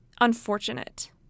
unfortunate